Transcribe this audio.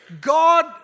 god